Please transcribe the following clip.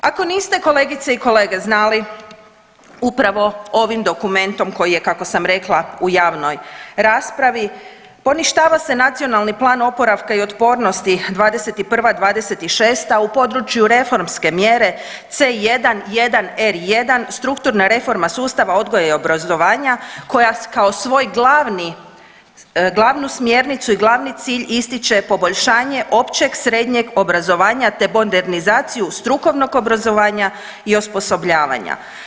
Ako niste, kolegice i kolege, znali, upravo ovim dokumentom koji je, kako sam rekla, u javnoj raspravi, poništava se Nacionalni plan oporavka i otpornosti '21.-'26. u području reformske mjere C11R1, strukturna reforma sustava odgoja i obrazovanja, koja kao svoj glavnu smjernicu i glavni cilj ističe poboljšanje općeg srednjeg obrazovanja te modernizaciju strukovnog obrazovanja i osposobljavanja.